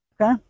Okay